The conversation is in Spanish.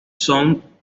son